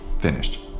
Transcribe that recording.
Finished